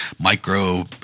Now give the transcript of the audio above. micro